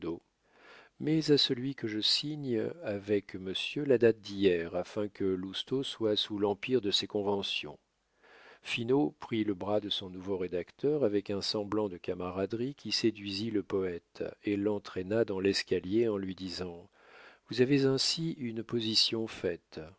mets à celui que je signe avec monsieur la date d'hier afin que lousteau soit sous l'empire de ces conventions finot prit le bras de son nouveau rédacteur avec un semblant de camaraderie qui séduisit le poète et l'entraîna dans l'escalier en lui disant vous avez ainsi une position faite